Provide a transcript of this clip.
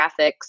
graphics